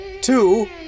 Two